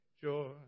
joy